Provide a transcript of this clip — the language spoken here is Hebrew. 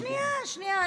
שנייה, שנייה.